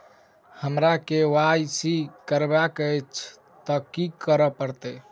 हमरा केँ Y C करेवाक अछि तऽ की करऽ पड़तै?